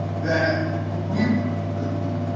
that we were uncouth,